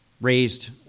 raised